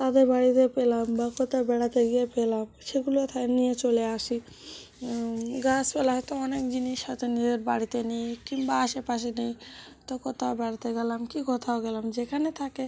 তাদের বাড়িতে পেলাম বা কোথাও বেড়াতে গিয়ে পেলাম সেগুলো থা নিয়ে চলে আসি গাছপালা হয়তো অনেক জিনিস হয়তো নিজেদের বাড়িতে নেই কিংবা আশেপাশে নেই তো কোথাও বেড়াতে গেলাম কি কোথাও গেলাম যেখানে থাকে